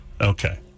Okay